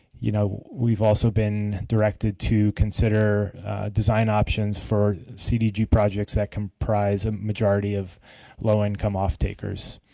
you know, we've also been directed to consider design options for cdg projects that comprise the majority of low income off-takers.